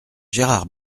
gérard